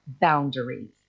boundaries